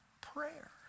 prayer